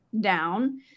down